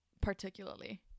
Particularly